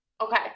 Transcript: Okay